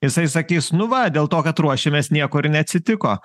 jisai sakys nu va dėl to kad ruošėmės nieko ir neatsitiko